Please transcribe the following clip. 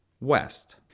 west